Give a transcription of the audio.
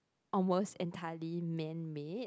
almost entirely manmade